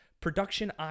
production